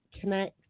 Connect